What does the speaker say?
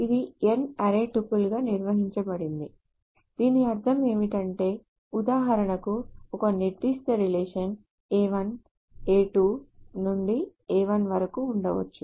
ఇది n array tuple గా నిర్వచించ బడింది దీని అర్థం ఏమిటంటే ఉదాహరణకు ఒక నిర్దిష్ట రిలేషన్ a1a2 an వరకు ఉండవచ్చు